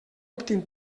optin